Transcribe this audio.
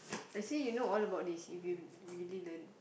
they see you know all about this if you really learn